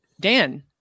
Dan